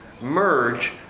merge